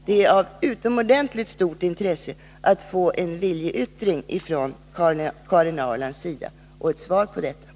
Det är av utomordentligt stort intresse att få en viljeyttring från Karin Ahrlands sida och ett svar på denna fråga.